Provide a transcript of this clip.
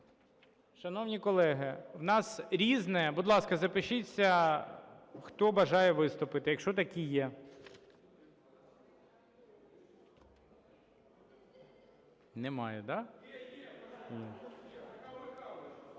Шановні колеги, у нас "Різне". Будь ласка, запишіться хто бажає виступити, якщо такі є. Немає?